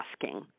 asking